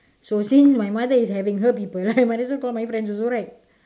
so since my mother is having her people I might as well call my friends also right